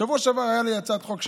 בשבוע שעבר הייתה הצעת חוק שלי,